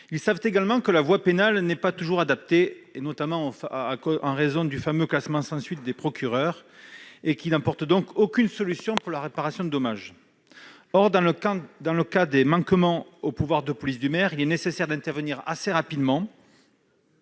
de la réglementation. La voie pénale n'est pas toujours adaptée, notamment en raison des classements sans suite, et n'apporte aucune solution pour la réparation des dommages. Or, dans le cas des manquements aux pouvoirs de police du maire, il est nécessaire d'intervenir assez rapidement,